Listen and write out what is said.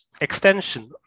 extension